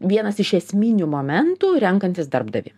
vienas iš esminių momentų renkantis darbdavį